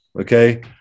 okay